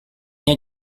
nya